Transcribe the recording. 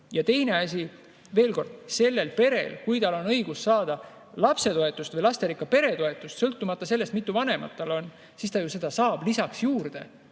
Ja teine asi, veel kord: kui perel on õigus saada lapsetoetust või lasterikka pere toetust, sõltumata sellest, mitu vanemat seal on, siis ta ju seda saab lisaks juurde.